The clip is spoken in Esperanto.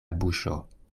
buŝo